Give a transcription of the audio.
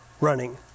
running